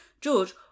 George